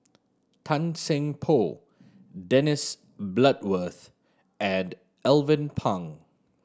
Tan Seng Poh Dennis Bloodworth and Alvin Pang